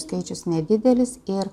skaičius nedidelis ir